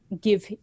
give